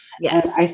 Yes